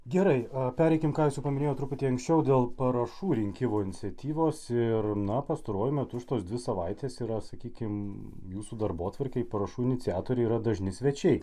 gerai pereikim ką jūs jau paminėjot truputį anksčiau dėl parašų rinkimo iniciatyvos ir na pastaruoju metu šitos dvi savaites yra sakykim jūsų darbotvarkėje parašų iniciatoriai yra dažni svečiai